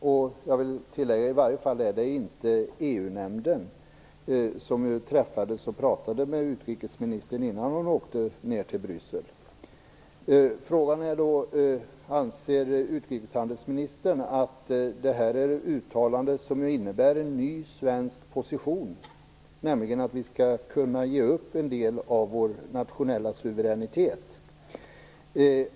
Det är i alla fall inte EU-nämnden som träffade utrikesministern och pratade med henne innan hon åkte ner till Bryssel. Anser utrikeshandelsministern att detta är ett uttalande som innebär en ny svensk position, nämligen att vi skall kunna ge upp en del av vår nationella suveränitet?